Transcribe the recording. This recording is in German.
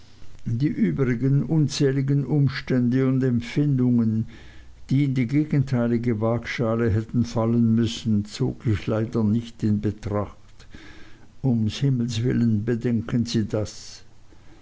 die übrigen unzähligen umstände und empfindungen die in die gegenteilige wagschale hätten fallen müssen zog ich leider nicht in betracht um himmels willen bedenken sie das